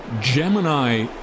Gemini